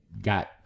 got